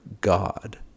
God